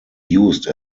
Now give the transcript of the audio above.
used